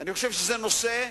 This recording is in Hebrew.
אני חושב שזה נושא,